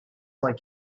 like